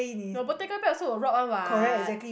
your Bottega bag also will rot one what